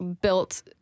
built